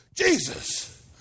Jesus